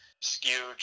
skewed